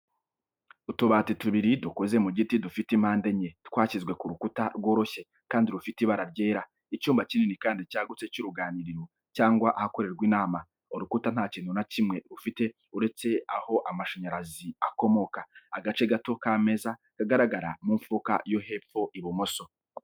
Utubati tubiri dukoze mu giti dufite impande enye, twashyizwe ku rukuta rworoshye kandi rufite ibara ryera. Icyumba kinini kandi cyagutse cy'uruganiriro cyangwa ahakorerwa inama. Urukuta nta kintu na kimwe rufite uretse aho amashanyarazi akomoka. Agace gato k'ameza kagaragara mu mfuruka yo hepfo ibumoso.